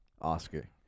Oscar